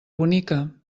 bonica